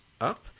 up